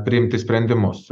priimti sprendimus